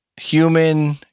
human